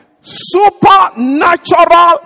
supernatural